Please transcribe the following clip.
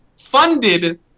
funded